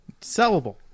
Sellable